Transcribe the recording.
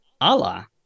Allah